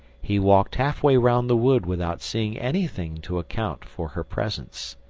he walked half-way round the wood without seeing anything to account for her presence.